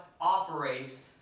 operates